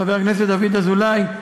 חבר הכנסת דוד אזולאי,